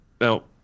Now